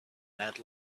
that